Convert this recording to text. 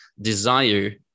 desire